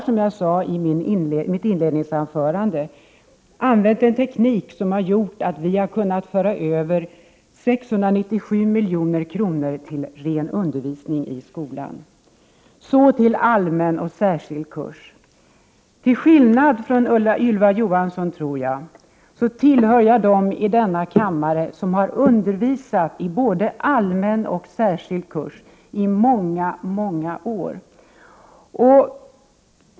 Som jag sade i mitt inledningsanförande har vi använt den teknik som har gjort att vi har kunnat föra över 697 milj.kr. till ren undervisning i skolan. Så till allmän och särskild kurs. Till skillnad från Ylva Johansson, tror jag, tillhör jag dem i denna kammare som har undervisat i både allmän och särskild kurs i många år.